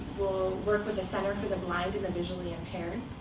we'll work with the center for the blind and the visually impaired,